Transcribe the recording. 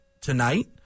tonight